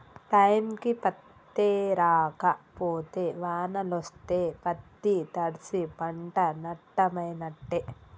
టైంకి పత్తేరక పోతే వానలొస్తే పత్తి తడ్సి పంట నట్టమైనట్టే